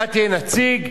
אתה תהיה נציג,